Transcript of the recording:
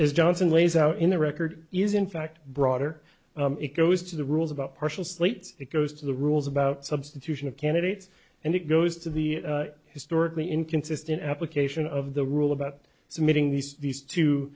johnson lays out in the record is in fact broader it goes to the rules about partial sleeps it goes to the rules about substitution of candidates and it goes to the historically inconsistent application of the rule about submitting these these two